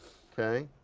okay.